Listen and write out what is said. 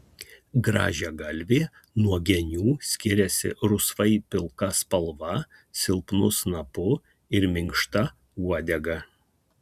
grąžiagalvė nuo genių skiriasi rusvai pilka spalva silpnu snapu ir minkšta uodega